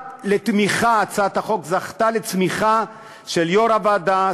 הצעת החוק זכתה לתמיכה של יושבת-ראש הוועדה,